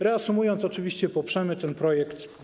Reasumując, oczywiście poprzemy ten projekt.